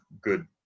good